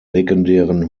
legendären